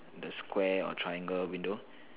the square or triangle window